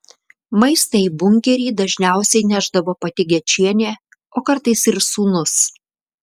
maistą į bunkerį dažniausiai nešdavo pati gečienė o kartais ir sūnus